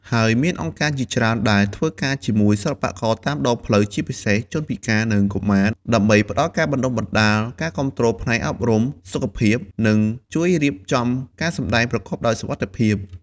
ហើយមានអង្គការជាច្រើនដែលធ្វើការជាមួយសិល្បករតាមដងផ្លូវ ជាពិសេសជនពិការ និងកុមារ ដើម្បីផ្តល់ការបណ្តុះបណ្តាល ការគាំទ្រផ្នែកអប់រំ សុខភាព និងជួយរៀបចំការសម្ដែងប្រកបដោយសុវត្ថិភាព។